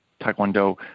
Taekwondo